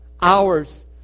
hours